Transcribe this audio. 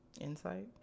insight